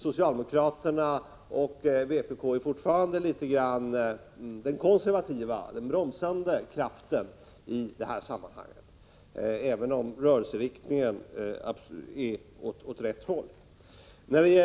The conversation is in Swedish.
Socialdemokraterna och vpk-arna utgör fortfarande något av en konservativ och bromsande kraft i sammanhanget, även om rörelseriktningen är åt rätt håll.